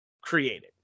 created